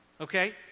okay